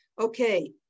Okay